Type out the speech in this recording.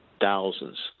Thousands